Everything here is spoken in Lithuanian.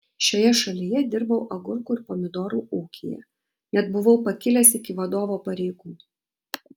šioje šalyje dirbau agurkų ir pomidorų ūkyje net buvau pakilęs iki vadovo pareigų